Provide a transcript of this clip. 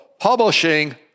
publishing